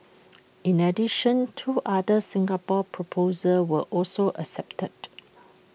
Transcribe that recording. in addition two other Singapore proposals were also accepted